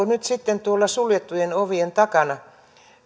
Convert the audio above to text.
nyt sitten tuolla suljettujen ovien takana